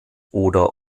oder